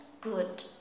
good